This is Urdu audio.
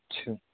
اچھا